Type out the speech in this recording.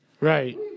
Right